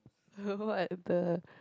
what the